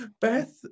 Beth